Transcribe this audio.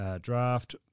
draft